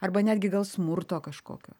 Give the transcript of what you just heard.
arba netgi gal smurto kažkokio